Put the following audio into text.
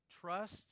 trust